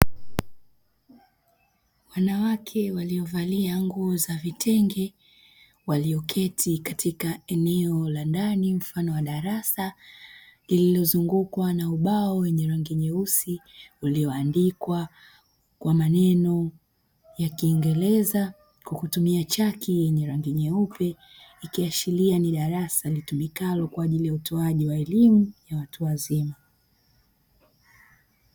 Wanawake waliovalia nguo za vitenge walioketi katika eneo la ndani mfano wa darasa lililozungukwa na ubao wenye rangi nyeusi ulioandikwa kwa maneno ya kiingereza kwa kutumia chaki yenye rangi nyeupe ikiashiria ni darasa litumikalo kwa ajili ya utoaji wa elimu ya watu wazima.